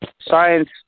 science